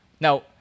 Now